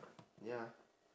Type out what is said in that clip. ya